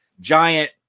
giant